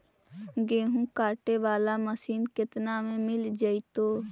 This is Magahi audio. गेहूं काटे बाला मशीन केतना में मिल जइतै?